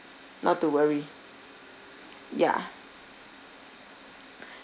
not to worry ya